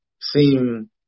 seem